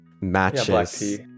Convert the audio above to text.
matches